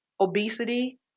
obesity